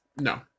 No